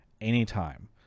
anytime